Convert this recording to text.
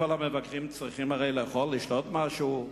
כל המבקרים צריכים הרי לאכול ולשתות משהו,